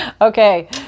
Okay